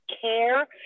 care